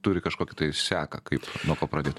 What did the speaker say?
turi kažkokį tai seką kaip nuo ko pradėt